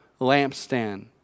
lampstand